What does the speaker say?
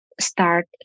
start